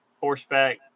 horseback